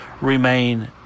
remain